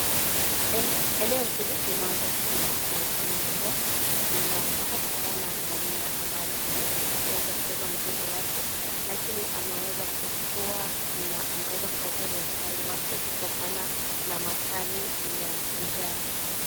Eneo hili limeweza kukumbwa na ukame na njaa na tunapata kumuona ngamia ambaye ameweza kubeba mzigo wake, lakini ameweza kutua na ameweza kupoteza uhai wake, kutokana na makali ya njaa.